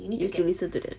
you need to listen to them